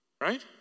right